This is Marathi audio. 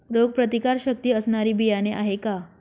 रोगप्रतिकारशक्ती असणारी बियाणे आहे का?